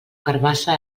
carabassa